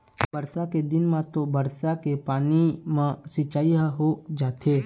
बरसा के दिन म तो बरसा के पानी म सिंचई ह हो जाथे